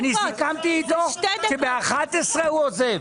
סיכמתי איתו שבאחת-עשרה הוא עוזב.